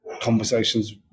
conversations